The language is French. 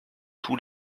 tous